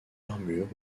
armures